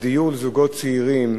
הדיור לזוגות צעירים,